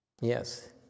Yes